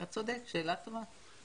שאלה טובה.